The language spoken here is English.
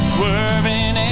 Swerving